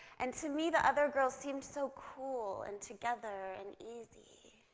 and to me the other girls seemed so cool, and together, and easy,